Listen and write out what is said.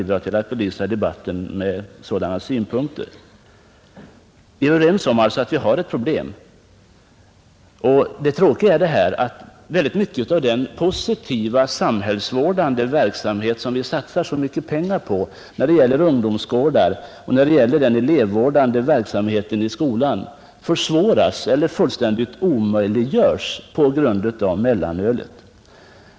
Det besvärliga i läget är också att väldigt mycket av den positiva samhällsvårdande verksamhet som vi satsar så mycket pengar på — jag tänker t.ex. på ungdomsgårdar och på den elevvårdande verksamheten i skolorna — försvåras eller fullständigt omöjliggörs på grund av mellanölet.